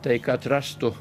tai katras tu